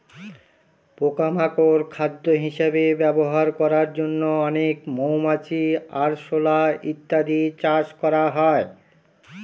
পোকা মাকড় খাদ্য হিসেবে ব্যবহার করার জন্য অনেক মৌমাছি, আরশোলা ইত্যাদি চাষ করা হয়